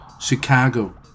Chicago